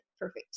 perfect